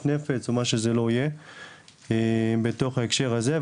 נפץ או מה שזה לא יהיה בתוך ההקשר הזה.